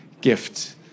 gift